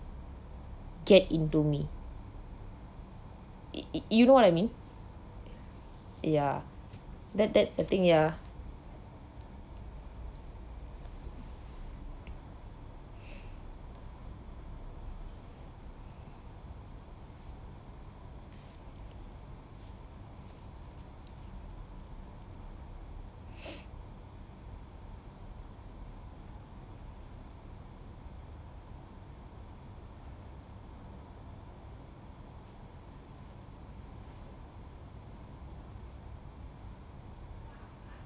get into me it it you know what I mean ya that that the thing ya